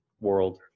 world